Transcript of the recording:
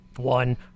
one